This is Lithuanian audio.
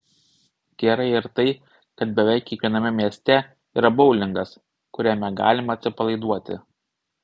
gerai ir tai kad beveik kiekviename mieste yra boulingas kuriame galima atsipalaiduoti